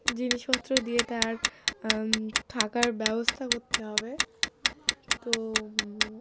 জিনিসপত্র দিয়ে তার থাকার ব্যবস্থা করতে হবে তো